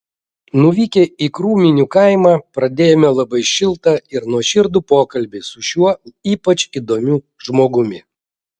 nuvykę į krūminių kaimą pradėjome labai šiltą ir nuoširdų pokalbį su šiuo ypač įdomiu žmogumi